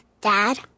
Dad